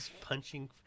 punching